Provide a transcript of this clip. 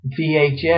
VHS